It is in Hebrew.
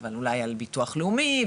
אבל אולי על ביטוח לאומי,